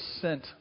sent